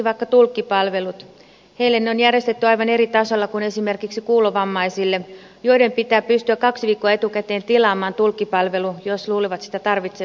heille ne on järjestetty aivan eri tasolla kuin esimerkiksi kuulovammaisille joiden pitää pystyä kaksi viikkoa etukäteen tilaamaan tulkkipalvelu jos luulevat sitä tarvitsevansa